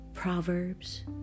Proverbs